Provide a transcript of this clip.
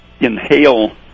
inhale